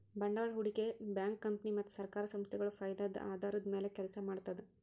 ಬಂಡವಾಳ್ ಹೂಡಿಕೆ bank company ಮತ್ತ್ ಸರ್ಕಾರ್ ಸಂಸ್ಥಾಗೊಳ್ ಫೈದದ್ದ್ ಆಧಾರದ್ದ್ ಮ್ಯಾಲ್ ಕೆಲಸ ಮಾಡ್ತದ್